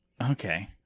Okay